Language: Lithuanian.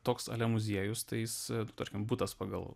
toks ale muziejus tai jis tarkim butas pagal